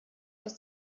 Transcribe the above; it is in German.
aus